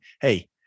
hey